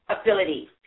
ability